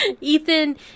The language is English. Ethan